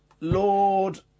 Lord